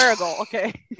okay